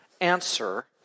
answer